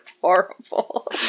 horrible